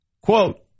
Quote